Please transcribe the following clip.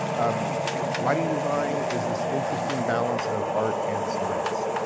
um lighting design is this interesting balance of art and science.